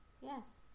Yes